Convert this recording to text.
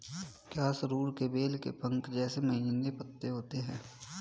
क्या सरु के बेल के पंख जैसे महीन पत्ते होते हैं?